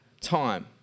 time